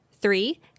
Three